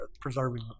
preserving